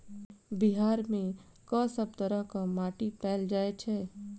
बिहार मे कऽ सब तरहक माटि पैल जाय छै?